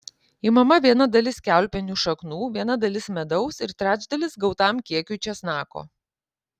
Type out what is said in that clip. imama viena dalis kiaulpienių šaknų viena dalis medaus ir trečdalis gautam kiekiui česnako